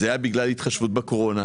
זה היה בגלל התחשבות בקורונה.